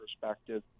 perspective